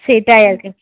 সেটাই আর কি